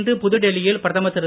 இன்று புதுடெல்லியில் பிரதமர் திரு